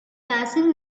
passing